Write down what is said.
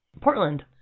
Portland